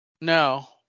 No